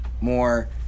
more